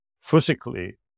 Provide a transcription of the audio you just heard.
physically